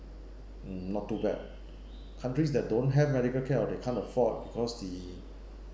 um not too bad countries that don't have medical care or they can't afford because the